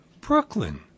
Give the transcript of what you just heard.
Brooklyn